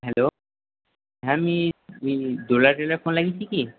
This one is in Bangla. হ্যালো হ্যাঁ আমি ডোরা টেলার ফোন লাগিয়েছি কি